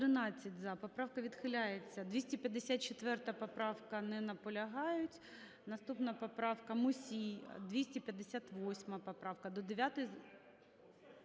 Поправка відхиляється. 254 поправка. Не наполягають. Наступна поправка - Мусій, 258 поправка.